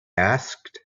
asked